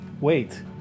Wait